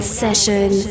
session